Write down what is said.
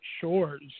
Shores